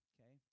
Okay